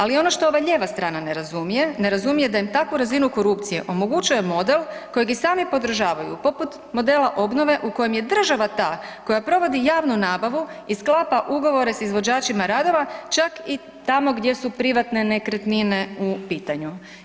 Ali ono što ova lijeva strana ne razumije, ne razumije da im takvu razinu korupcije omogućuje model kojeg i sami podržavaju, poput modela obnove u kojem je država ta koja provodi javnu nabavu i sklapa ugovore s izvođačima radova čak i tamo gdje su privatne nekretnine u pitanju.